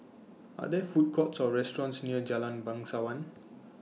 Are There Food Courts Or restaurants near Jalan Bangsawan